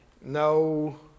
No